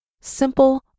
simple